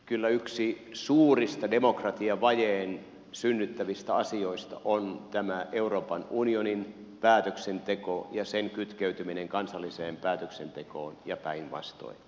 kyllä yksi suurista demokratiavajeen synnyttävistä asioista on euroopan unionin päätöksenteko ja sen kytkeytyminen kansalliseen päätöksentekoon ja päinvastoin